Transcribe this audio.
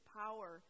power